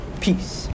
Peace